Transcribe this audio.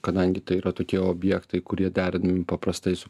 kadangi tai yra tokie objektai kurie derinami paprastai su